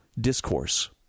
Discourse